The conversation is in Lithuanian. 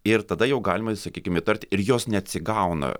ir tada jau galima sakykim įtarti ir jos neatsigauna